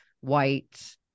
white